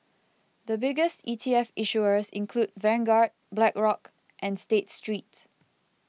the biggest E T F issuers include Vanguard Blackrock and State Street